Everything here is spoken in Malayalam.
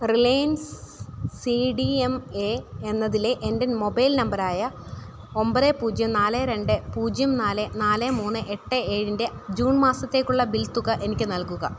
Reliance C D M A എന്നതിലെ എൻ്റെ മൊബൈൽ നമ്പറായ ഒമ്പത് പൂജ്യം നാല് രണ്ട് പൂജ്യം നാല് നാല് മൂന്ന് എട്ട് ഏഴിൻ്റെ ജൂൺ മാസത്തേക്കുള്ള ബിൽ തുക എനിക്ക് നൽകുക